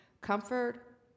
comfort